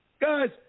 Guys